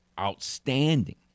outstanding